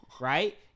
right